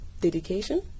dedication